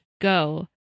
go